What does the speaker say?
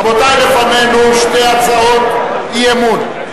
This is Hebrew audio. רבותי, לפנינו שתי הצעות אי-אמון.